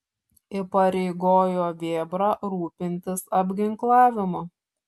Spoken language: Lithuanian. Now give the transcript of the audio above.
įpareigojo vėbrą rūpintis apginklavimu